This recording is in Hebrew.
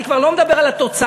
אני כבר לא מדבר על התוצאה,